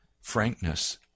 frankness